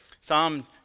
Psalm